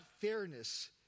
fairness